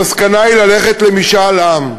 המסקנה היא ללכת למשאל עם.